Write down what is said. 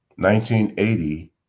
1980